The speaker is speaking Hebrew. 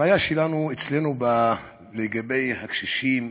הבעיה שלנו, אצלנו, לגבי הקשישים,